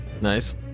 Nice